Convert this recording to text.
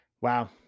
Wow